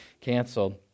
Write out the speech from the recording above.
canceled